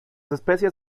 especias